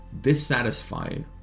dissatisfied